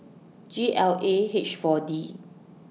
G L A H four D